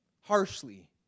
harshly